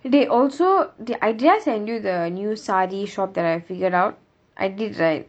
dey also t~ uh did I did I send you the new saree shop that I figured out I did right